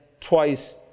twice